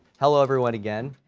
hello everyone, again.